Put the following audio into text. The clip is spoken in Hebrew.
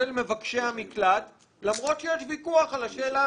מבקשי המקלט למרות שיש ויכוח על השאלה,